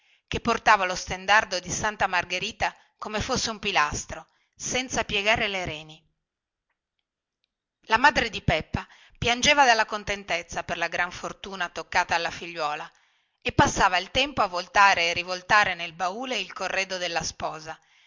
che portava lo stendardo di santa margherita come fosse un pilastro senza piegare le reni la madre di peppa piangeva dalla contentezza per la gran fortuna toccata alla figliuola e passava il tempo a voltare e rivoltare nel baule il corredo della sposa